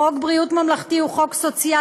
חוק ביטוח בריאות ממלכתי הוא חוק סוציאלי,